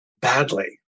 badly